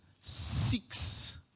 six